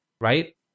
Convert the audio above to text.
right